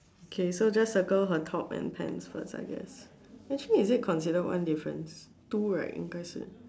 K so just circle her top and pants first I guess actually is it considered one difference two right 应开始